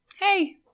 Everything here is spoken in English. hey –